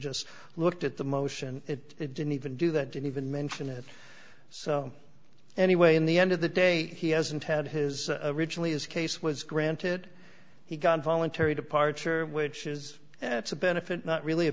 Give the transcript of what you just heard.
just looked at the motion it didn't even do that didn't even mention it so anyway in the end of the day he hasn't had his originally his case was granted he got voluntary departure which is a benefit not really a